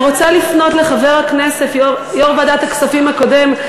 אני רוצה לפנות ליו"ר ועדת הכספים הקודם,